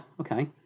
Okay